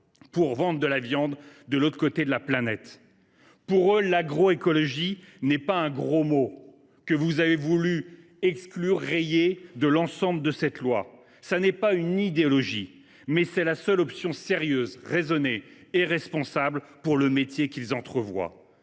soit vendue de la viande de l’autre côté de la planète. Pour eux, l’agroécologie est non pas un gros mot, que vous avez voulu rayer du texte de cette loi, ou une idéologie, mais la seule option sérieuse, raisonnée et responsable pour le métier qu’ils envisagent.